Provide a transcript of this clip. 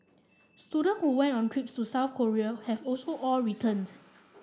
students who went on trips to South Korea have also all returned